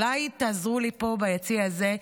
ואולי תעזרו לי פה ביציע הזה,